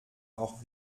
auch